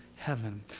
heaven